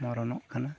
ᱢᱚᱨᱚᱱᱚᱜ ᱠᱟᱱᱟ